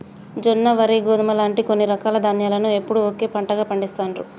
జొన్న, వరి, గోధుమ లాంటి కొన్ని రకాల ధాన్యాలను ఎప్పుడూ ఒకే పంటగా పండిస్తాండ్రు